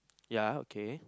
ya okay